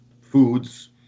foods